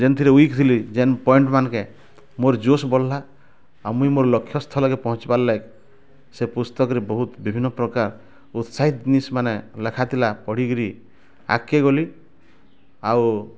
ଯେନ୍ଥିରେ ୱିକ୍ ଥିଲି ଯେନ୍ ପଏଣ୍ଟମାନଙ୍କେ ମୋର ଜୋଶ ବଢ଼ିଲା ଆଉ ମୁଇଁ ମୋର ଲକ୍ଷ୍ୟ ସ୍ଥଳକେ ପହଞ୍ଚିବାର୍ ଲାଗି ସେ ପୁସ୍ତକରେ ବହୁତ ବଭିନ୍ନ ପ୍ରକାର ଉତ୍ସାହିତ ଜିନିଷ ମାନେ ଲେଖା ଥିଲା ପଢ଼ିକିରି ଆଗକେ ଗଲି ଆଉ